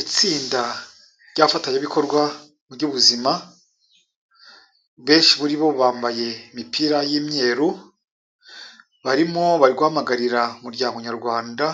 Itsinda ry'abafatanyabikorwa mu by'ubuzima, benshi muri bo bambaye imipira y'imyeru, barimo, bari guhamagarira umuryango nyarwanda,